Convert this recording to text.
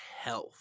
health